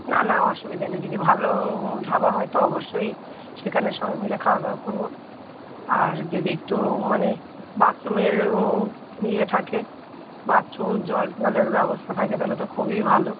না না অসুবিধা নেই যদি ভালো ধাবা হয় তো অবশ্যই সেখানে সবাই মিলে খাওয়া দাওয়া করব আর যদি একটু মানে বাথরুমের ইয়ে থাকে বাথরুম জল টলের ব্যবস্থা থাকে তাহলে তো খুবই ভালো